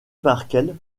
markel